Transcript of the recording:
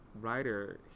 writer